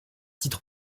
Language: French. titre